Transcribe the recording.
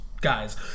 guys